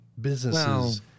businesses